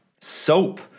Soap